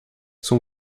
son